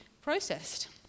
processed